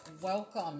welcome